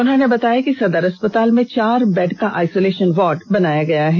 उन्होंने बताया कि सदर अस्पताल में चार बेड का आइसोलेषन वार्ड बनाया गया है